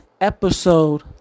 episode